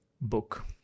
book